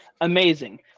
Amazing